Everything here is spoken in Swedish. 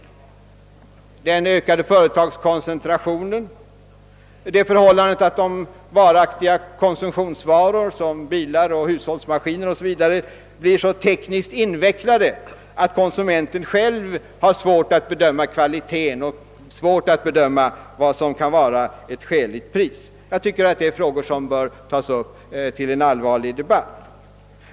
Man pekar på den ökade företagskoncentrationen och det förhållandet att varaktiga konsumtionsvaror som bilar och hushållsmaskiner blir så invecklade tekniskt att konsu menten har svårt att bedöma kvaliieten och vad som kan vara ett skäligt pris. Detta är frågor som bör tas upp till en allvarlig debatt.